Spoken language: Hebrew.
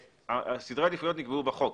סדרי העדיפויות נקבעו בחוק.